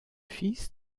fils